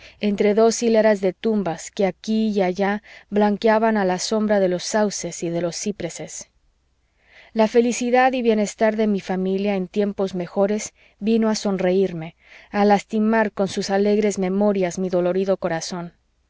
entre dos hileras de tumbas que aquí y allá blanqueaban a la sombra de los sauces y de los cipreses la felicidad y bienestar de mi familia en tiempos mejores vino a sonreirme a lastimar con sus alegres memorias mi dolorido corazón